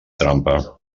trampa